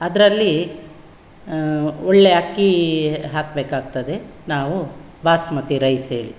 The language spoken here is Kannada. ಅದರಲ್ಲಿ ಒಳ್ಳೆಯ ಅಕ್ಕಿ ಹಾಕಬೇಕಾಗ್ತದೆ ನಾವು ಬಾಸ್ಮತಿ ರೈಸ್ ಹೇಳಿ